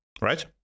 right